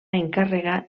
encarregar